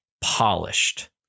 polished